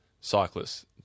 cyclists